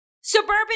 Suburban